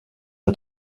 l’a